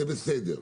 זה בסדר,